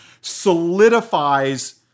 solidifies